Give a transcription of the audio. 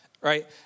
right